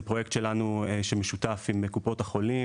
פרויקט שלנו בשיתוף עם קופות החולים,